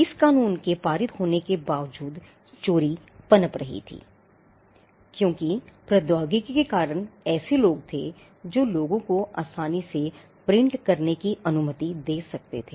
इस कानून के पारित होने के बावजूद चोरी पनप रही थी क्योंकि प्रौद्योगिकी के कारण ऐसे लोग थे जो लोगों को आसानी से प्रिंट करने की अनुमति दे सकते थे